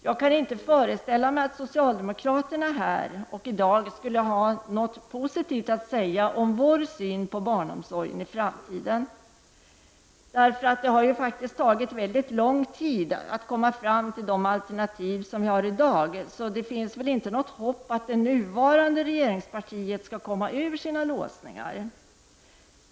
Jag kan inte föreställa mig att socialdemokraterna i dag kommer att ha något positivt att säga om vår syn på barnomsorgen i framtiden. Eftersom det har tagit mycket lång tid att komma fram till de alternativ som vi har i dag, finns det väl inte något hopp om att det nuvarande regeringspartiet skall komma ur sina låsningar.